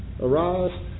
Arise